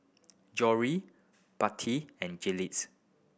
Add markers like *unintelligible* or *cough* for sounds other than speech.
Jory *unintelligible* and Jiles